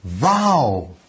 Wow